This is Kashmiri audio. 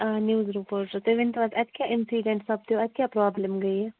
آ نِوٕز رِپوٹر تُہۍ ؤنۍ تَو اَسہِ اَتہِ کیٛاہ اِنٛسیٖڈ سَپدِیُو اَتہِ کیٛاہ پرٛابلِم گٔے یہِ